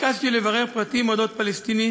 ביקשתי לברר פרטים אודות פלסטיני